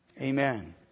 Amen